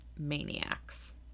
Maniacs